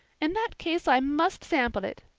in that case i must sample it,